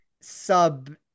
sub